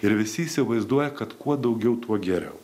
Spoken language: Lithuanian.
ir visi įsivaizduoja kad kuo daugiau tuo geriau